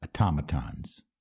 automatons